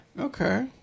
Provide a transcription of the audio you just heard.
Okay